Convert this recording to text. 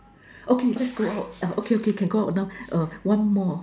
okay let's go out okay okay can go out now err one more